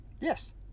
yes